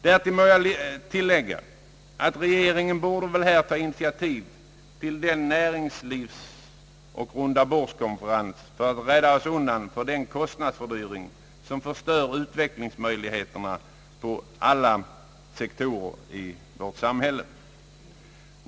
Därtill må jag tillägga att regeringen borde ta initiativ till en näringslivsoch rundabordskonferens för att söka rädda oss undan den kostnadsfördyring som förstör utvecklingsmöjligheterna på alla sektorer i vårt samhälle.